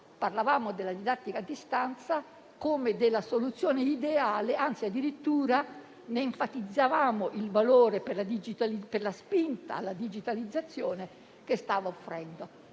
parlavamo della didattica a distanza come della soluzione ideale, anzi addirittura ne enfatizzavamo il valore per la spinta la digitalizzazione che stava offrendo.